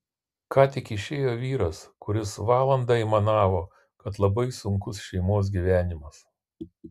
ką tik išėjo vyras kuris valandą aimanavo kad labai sunkus šeimos gyvenimas